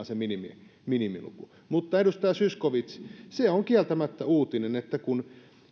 se minimiluku mutta edustaja zyskowicz on kieltämättä uutinen